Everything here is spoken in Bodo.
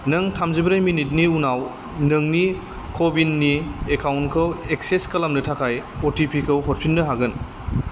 नों थामजि ब्रै मिनिटनि उनाव नोंनि क' विननि एकाउन्टखौ एक्सेस खालामनो थाखाय अ टि पि खौ हरफिननो हागोन